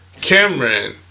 Cameron